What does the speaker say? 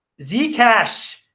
Zcash